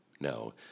No